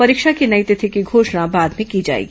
परीक्षा की नई तिथि की घोषणा बाद में की जाएगी